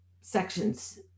sections